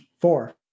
Four